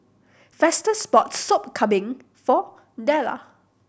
Festus bought Sop Kambing for Della